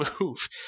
move